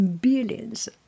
billions